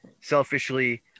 selfishly